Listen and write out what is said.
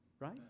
Right